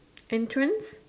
entrance